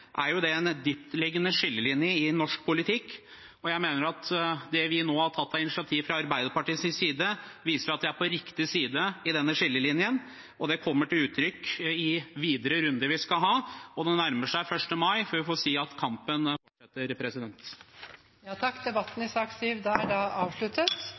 er jo en dyptliggende skillelinje i norsk politikk. Jeg mener at det vi nå fra Arbeiderpartiets side har tatt av initiativ, viser at vi er på riktig side av denne skillelinjen. Det kommer til uttrykk i videre runder vi skal ha. Og det nærmer seg 1. mai, så vi får si at kampen fortsetter.